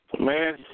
Man